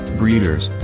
breeders